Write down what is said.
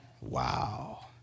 Wow